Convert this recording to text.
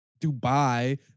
Dubai